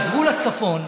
על גבול הצפון,